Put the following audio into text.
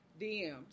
DMs